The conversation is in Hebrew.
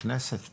כנסת מירה,